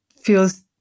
feels